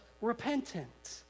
repentant